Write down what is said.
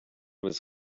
was